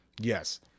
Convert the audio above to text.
yes